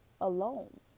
alone